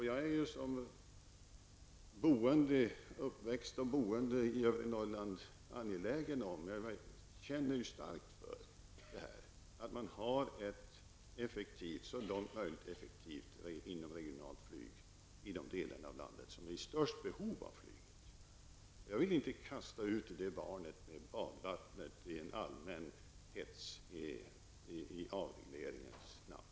Jag är som uppvuxen och boende i övre Norrland angelägen om -- jag känner mycket starkt för det -- att man har ett så effektivt inomregionalt flyg som möjligt i de delar av landet som är i störst behov av flyget. Jag vill inte kasta ut det barnet med badvattnet i en allmän hets i avregleringens namn.